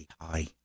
high